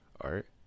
art